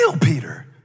Peter